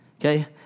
Okay